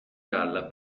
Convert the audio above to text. galla